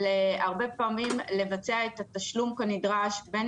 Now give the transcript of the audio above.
הרבה פעמים לבצע את התשלום כנדרש בין